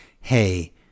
Hey